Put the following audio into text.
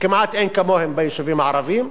וכמעט אין כמוהם ביישובים הערביים.